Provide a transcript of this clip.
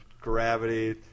gravity